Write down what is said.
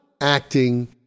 acting